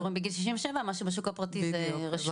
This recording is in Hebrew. בגיל 67, מה שבשוק הפרטי זו רשות למעסיק.